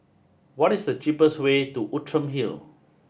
what is the cheapest way to Outram Hill